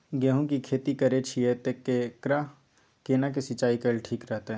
गेहूं की खेती करे छिये ते एकरा केना के सिंचाई कैल ठीक रहते?